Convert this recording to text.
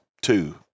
two